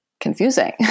confusing